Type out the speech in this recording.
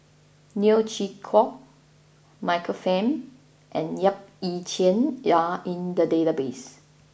Neo Chwee Kok Michael Fam and Yap Ee Chian are in the database